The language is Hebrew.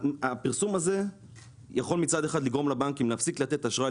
הפרסום הזה יכול מצד אחד לגרום לבנקים להפסיק לתת אשראי